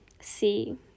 see